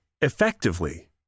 effectively